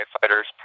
fighters